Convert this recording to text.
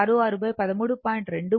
66 13